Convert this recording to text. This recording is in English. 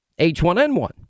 H1N1